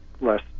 less